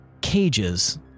cages